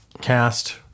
cast